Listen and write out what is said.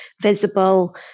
visible